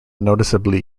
noticeably